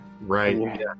Right